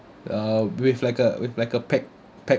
uh with like uh with like a pack pack